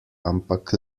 ampak